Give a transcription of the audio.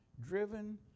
Driven